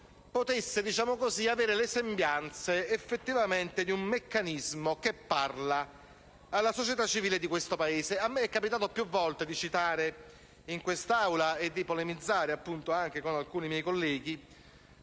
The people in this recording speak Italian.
potesse avere le sembianze effettivamente di un meccanismo che parla alla società civile di questo Paese. A me è capitato più volte di citare in quest'Aula e di polemizzare anche con alcuni miei colleghi